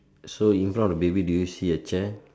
so in front of the baby do you see a chair